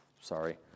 Sorry